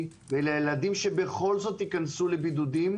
ולילדים שבכל זאת ייכנסו לבידודים,